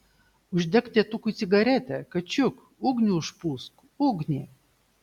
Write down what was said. uždek tėtukui cigaretę kačiuk ugnį užpūsk ugnį